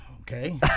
Okay